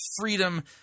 freedom